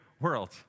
world